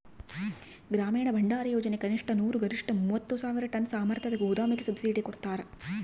ಗ್ರಾಮೀಣ ಭಂಡಾರಯೋಜನೆ ಕನಿಷ್ಠ ನೂರು ಗರಿಷ್ಠ ಮೂವತ್ತು ಸಾವಿರ ಟನ್ ಸಾಮರ್ಥ್ಯದ ಗೋದಾಮಿಗೆ ಸಬ್ಸಿಡಿ ಕೊಡ್ತಾರ